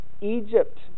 Egypt